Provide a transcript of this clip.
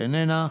איננה,